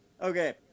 Okay